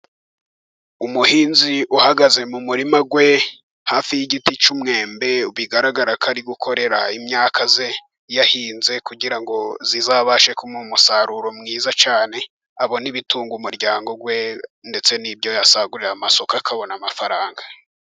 Umuhinzi uhagaze mu murima we hafi y'igiti cy'umwembe, bigaragara ko ari gukorera imyaka ye yahinze kugira ngo izabashe kumuha umusaruro mwiza cyane, abone ibitunga umuryango we, ndetse n'ibyo yasagurira amasoko akabona amafaranga.